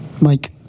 Mike